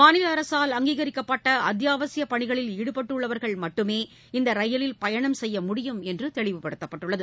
மாநிலஅரசால் அங்கீகரிக்கப்பட்டஅத்தியாவசியபணிகளில் ஈடுபட்டுள்ளவர்கள் மட்டுமே இந்தரயிலில் பயணம் செய்ய முடியும் என்றுதெளிவுபடுத்தப்பட்டுள்ளது